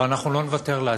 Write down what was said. אבל אנחנו לא נוותר לעצמנו.